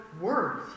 words